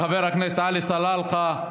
לחבר הכנסת עלי סלאלחה,